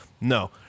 No